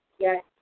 yes